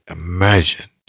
imagined